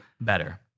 better